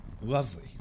Lovely